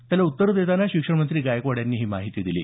त्याला उत्तर देताना शिक्षणमंत्री गायकवाड यांनी ही माहिती दिली